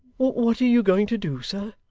what are you going to do, sir